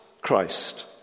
Christ